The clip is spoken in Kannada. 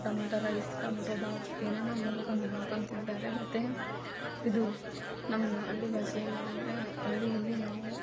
ಟೊಮೆಟೊ ರೈಸ್ ಟೊಮೆಟೊ ಬಾತ್ ಏನೇನೋ ಅಂದ್ಕೊಂಡು ಮಾಡ್ಕೊಂಡು ತಿಂತಾರೆ ಮತ್ತು ಇದು ನಮ್ಮ ಹಳ್ಳಿ ಭಾಷೆಯಲ್ಲಿ ಆದರೆ ಹಳ್ಳಿಯಲ್ಲಿ ನಾವೂ